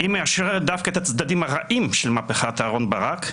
היא מאשרת דווקא את הצדדים הרעים של מהפכת אהרון ברק,